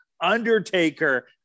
Undertaker